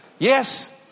Yes